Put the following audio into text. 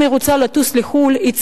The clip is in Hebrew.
אם היא רוצה לטוס לחוץ-לארץ,